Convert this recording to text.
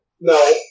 No